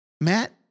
Matt